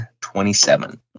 27